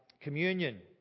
Communion